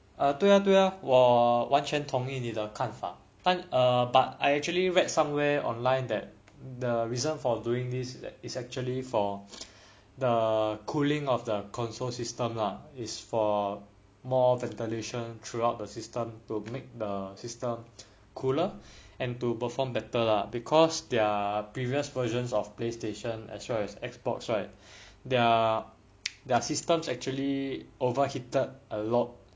啊对啊对啊我完全同意你的看法但 but err but I actually read somewhere online that the reason for doing this that is actually for the cooling of the console system lah is for more ventilation throughout the system to make the system cooler and to perform better lah because their previous versions of playstation as well as Xbox right their their systems actually overheated a lot